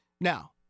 Now